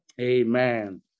Amen